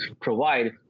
provide